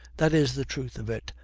that is the truth of it,